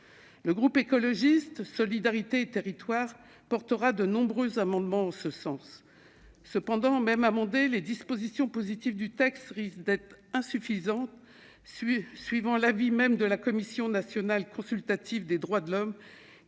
Le groupe Écologiste - Solidarité et Territoires défendra de nombreux amendements en ce sens. Néanmoins, même amendées, les dispositions positives du texte risquent d'être insuffisantes, comme le souligne la Commission nationale consultative des droits de l'homme,